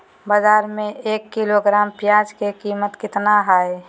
बाजार में एक किलोग्राम प्याज के कीमत कितना हाय?